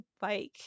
bike